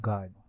God